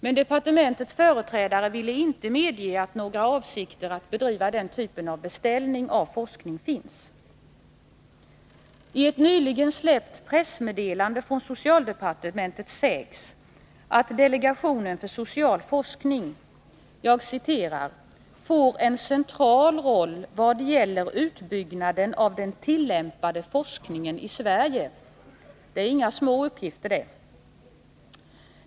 Men departementets företrädare ville inte medge att några avsikter att bedriva den typen av beställning av forskning finns. I ett nyligen utsläppt pressmeddelande från socialdepartementet sägs det att delegationen för social forskning ”får en central roll vad gäller utbyggnaden av den tillämpade forskningen i Sverige”. Det är inga små uppgifter!